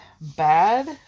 bad